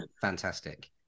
fantastic